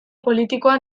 politikoa